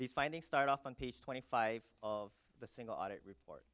these findings start off on page twenty five of the single audit report